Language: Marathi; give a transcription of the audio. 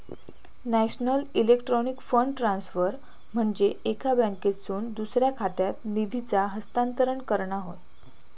नॅशनल इलेक्ट्रॉनिक फंड ट्रान्सफर म्हनजे एका बँकेतसून दुसऱ्या खात्यात निधीचा हस्तांतरण करणा होय